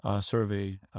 survey